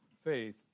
faith